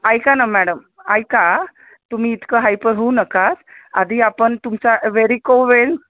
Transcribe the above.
ऐका ना मॅडम ऐका तुम्ही इतकं हायपर होऊ नका आधी आपण तुमचा व्हेरिको व्हेन